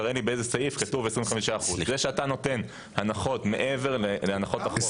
תראה לי באיזה סעיף כתוב 25%. זה אתה שנותן הנחות מעבר להנחות החוק.